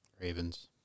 Ravens